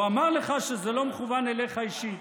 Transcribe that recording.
הוא אמר לך שזה לא מכוון אליך אישית.